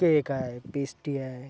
cake आहे pastry आहे